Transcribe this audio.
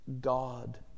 God